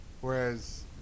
Whereas